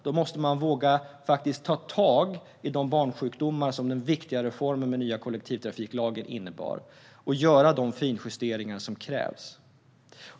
Då måste man våga ta tag i de barnsjukdomar som den viktiga reformen med den nya kollektivtrafiklagen innebar och göra de finjusteringar som krävs.